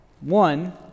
One